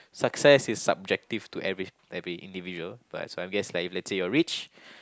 success is subjective to every every individual but so I guess let's say you're rich